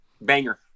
Banger